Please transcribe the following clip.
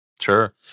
sure